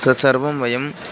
तत् सर्वं वयम्